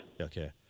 Okay